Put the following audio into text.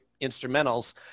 instrumentals